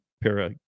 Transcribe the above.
para